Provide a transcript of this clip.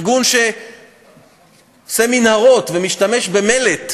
ארגון שעושה מנהרות ומשתמש במלט,